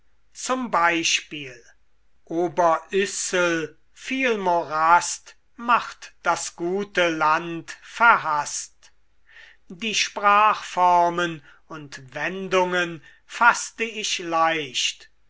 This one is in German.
z b oberyssel viel morast macht das gute land verhaßt die sprachformen und wendungen faßte ich leicht